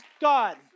God